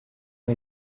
uma